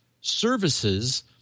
services